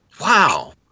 Wow